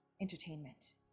entertainment